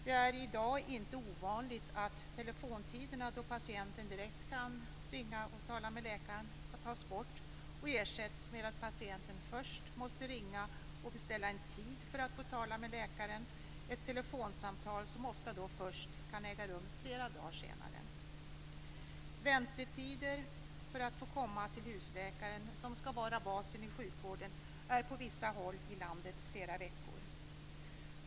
Det är i dag inte ovanligt att telefontiderna då patienten kan ringa och tala direkt med läkaren har tagits bort och ersatts med att patienten först måste ringa och beställa en tid för att tala med läkaren, ett telefonsamtal som då ofta kan äga rum flera dagar senare. Väntetider för att få komma till husläkaren, som skall vara basen i sjukvården, är på vissa håll i landet flera veckor.